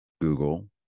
Google